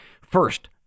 First